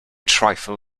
trifle